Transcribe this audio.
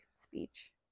speech